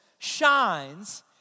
Shines